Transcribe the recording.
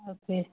okay